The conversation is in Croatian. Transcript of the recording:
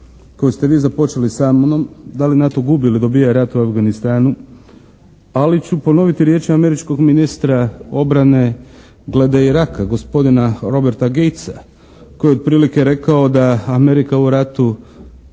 koju ste vi započeli sa mnom, da li NATO gubi ili dobija rat u Afganistanu, ali ću ponoviti riječi američkog ministra obrane .. /Govornik se ne razumije./ … gospodina Roberta Gatesa koji je otprilike rekao da Amerika u ratu